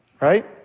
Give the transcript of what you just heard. Right